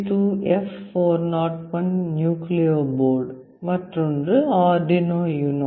32F401 nucleo board மற்றொன்று Arduino Uno